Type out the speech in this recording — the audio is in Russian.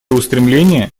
устремления